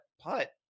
putt